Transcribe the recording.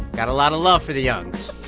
got a lot of love for the youngs